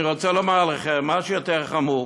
אני רוצה לומר לכם משהו יותר חמור,